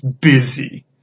busy